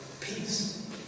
Peace